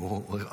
אני "רואה